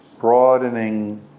broadening